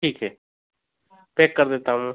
ठीक है पैक कर देता हूँ मैं